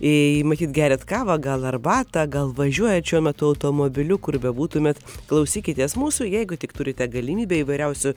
jei matyt geriat kavą gal arbatą gal važiuojat šiuo metu automobiliu kur bebūtumėt klausykitės mūsų jeigu tik turite galimybę įvairiausių